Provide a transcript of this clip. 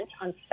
on